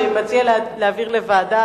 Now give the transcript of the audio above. שמציע להעביר לוועדה.